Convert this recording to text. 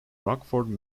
rockford